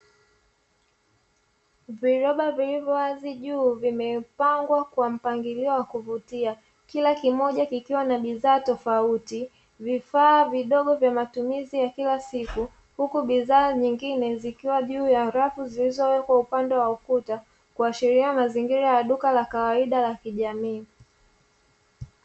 Viroba vilivyowazi juu vimepangwa kwa mpangilio wa kuvutia kila kimoja kikiwa na bidhaa tofauti, vifaa vidogo vya matumizi ya kila siku, huku bidhaa nyingine vikiwa juu ya rafu zilizowekwa upande wa ukuta kuashiria mazingira ya duka la kawaida la kijamii.